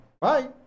Bye